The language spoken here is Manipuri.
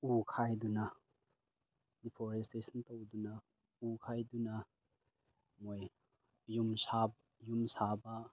ꯎ ꯈꯥꯏꯗꯨꯅ ꯗꯤꯐꯣꯔꯦꯁꯇꯦꯁꯟ ꯇꯧꯗꯨꯅ ꯎ ꯈꯥꯏꯗꯨꯅ ꯃꯣꯏ ꯌꯨꯝ ꯌꯨꯝ ꯁꯥꯕ